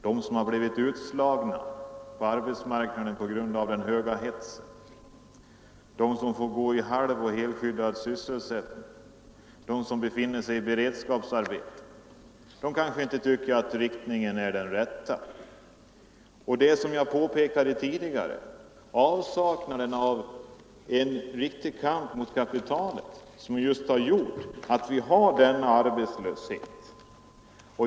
De som har blivit uteslutna från arbetsmarknaden på grund av hetsen, de som får gå i halvoch helskyddad sysselsättning, de som befinner sig i beredskapsarbete, de kanske inte tycker att riktningen är den rätta. Det är, som jag tidigare påpekade, avsaknaden av en riktig kamp mot kapitalet som gör att vi har denna arbetslöshet.